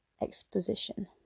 Exposition